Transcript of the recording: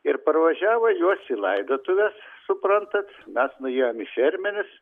ir parvažiavo jos į laidotuves suprantat mes nuėjom į šermenis